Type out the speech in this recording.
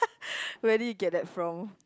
where did you get that from